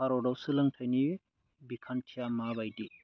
भारतआव सोलोंथायनि बिखान्थिया माबायदि